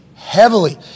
Heavily